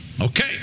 Okay